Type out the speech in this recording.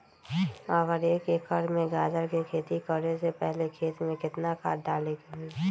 अगर एक एकर में गाजर के खेती करे से पहले खेत में केतना खाद्य डाले के होई?